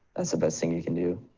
that's the best thing you can do.